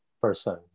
person